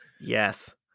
Yes